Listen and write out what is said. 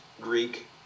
Greek